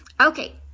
Okay